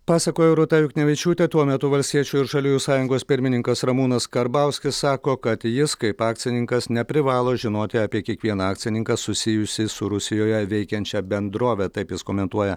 pasakojo rūta juknevičiūtė tuo metu valstiečių ir žaliųjų sąjungos pirmininkas ramūnas karbauskis sako kad jis kaip akcininkas neprivalo žinoti apie kiekvieną akcininką susijusį su rusijoje veikiančia bendrove taip jis komentuoja